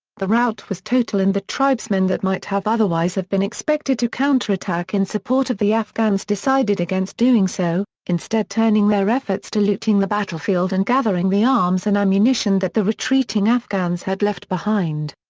the rout was total and the tribesman that might have otherwise have been expected to counterattack in support of the afghans decided against doing so, instead turning their efforts to looting the battlefield and gathering the arms and ammunition that the retreating afghans had left behind.